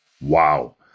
Wow